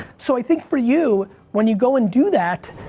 so i think for you when you go and do that,